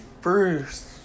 first